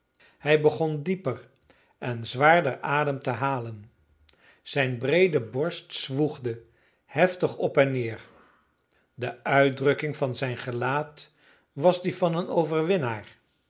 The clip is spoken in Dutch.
hij begon dieper en zwaarder adem te halen zijn breede borst zwoegde heftig op en neer de uitdrukking van zijn gelaat was die van een overwinnaar